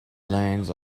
lanes